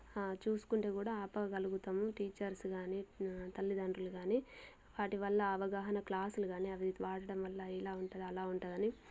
చూసుకుంటే కూడా ఆపగలుగుతాము టీచర్స్ కానీ తల్లిదండ్రులు కానీ వాటి వల్ల అవగాహన క్లాస్లు కానీ అవి వాడడం వల్ల ఇలా ఉంటుంది అలా ఉంటాదని